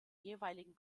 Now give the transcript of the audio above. jeweiligen